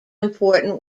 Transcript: important